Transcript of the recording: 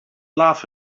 laugh